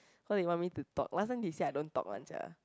so they want me to talk last time they say I don't talk one sia